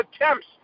attempts